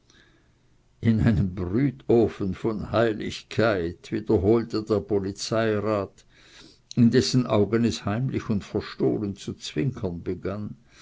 in einem brütofen von heiligkeit wiederholte der polizeirat in dessen augen es heimlich und verstohlen zu zwinkern begann